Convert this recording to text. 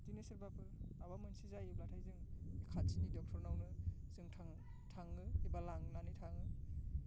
इदिनो सोरबाफोर माबा मोनसे जायोब्ला जों बे खाथिनि ड'क्टरनावनो जों थाङो थाङो एबा लांनानै थाङो